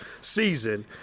season